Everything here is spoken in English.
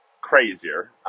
crazier